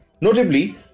Notably